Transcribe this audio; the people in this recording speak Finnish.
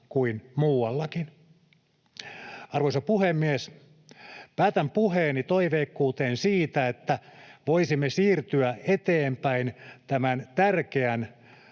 kuin muuallakin. Arvoisa puhemies! Päätän puheeni toiveikkuuteen siitä, että voisimme siirtyä eteenpäin tämän tärkeän